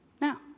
Now